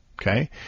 Okay